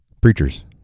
preachers